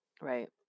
Right